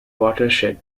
watershed